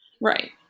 Right